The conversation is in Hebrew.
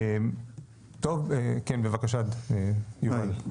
טוב, כן בבקשה, יובל.